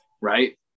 Right